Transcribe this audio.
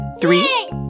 Three